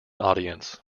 audience